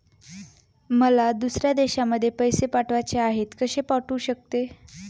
मला दुसऱ्या देशामध्ये पैसे पाठवायचे आहेत कसे पाठवू शकते?